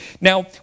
Now